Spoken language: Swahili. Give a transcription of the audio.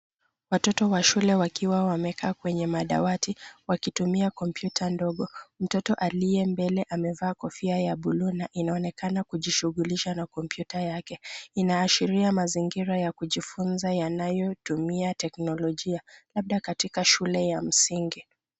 Watoto wa shule wakiwa wamekaa kwenye madawati wakitumia kompyuta ndogo, mtoto aliye mbele amevaa kofia ya buluu na anaonekana kujishugulisha na kompyuta yake. Inaashiria mazingira ya kujifunza yanayotumia teknolojia labda katika shule ya msingi.